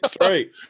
right